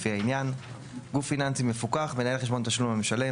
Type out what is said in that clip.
לפי העניין; "גוף פיננסי מפוקח" - מנהל חשבון תשלום למשלם,